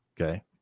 okay